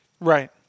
Right